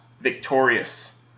victorious